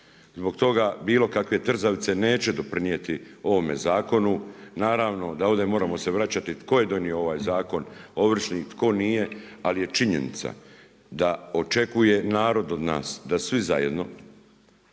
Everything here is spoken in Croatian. Zbog toga bilo kakve trzavice neće doprinijeti ovome zakonu. Naravno da ovdje moramo se vraćati tko je donio ovaj zakon ovršni, tko nije, ali je činjenica da očekuje narod od nas da svi zajedno